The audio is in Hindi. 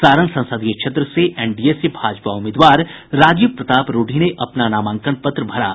सारण संसदीय क्षेत्र से एनडीए से भाजपा उम्मीदवार राजीव प्रताप रूडी ने अपना नामांकन पत्र दाखिल किया